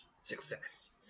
success